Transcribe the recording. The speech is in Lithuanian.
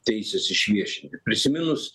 teisės išviešinti prisiminus